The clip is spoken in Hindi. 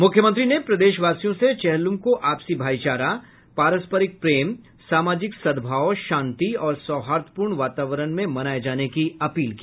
मुख्यमंत्री ने प्रदेशवासियों से चेहल्लुम को आपसी भाईचारा पारस्परिक प्रेम सामाजिक सद्भाव शांति और सौहार्द्रपूर्ण वातावरण में मनाये जाने की अपील की